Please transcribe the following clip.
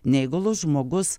neįgalus žmogus